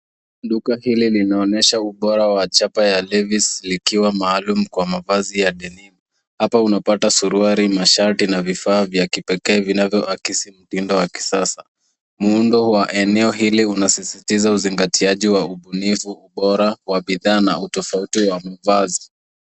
Duka hili linaonyesha ubora wa chapa ya Levis likwa mahalum kwa mavazi ya dennim hapa unapata suruwali na shati , vifaaa vya kipekee vinayohakisi mtindo wa kisasa .Muhundo wa eneo hili unasisitiza uzigitiaji wa ubunifu bora wa bidhaa na utofauti wa mavazi.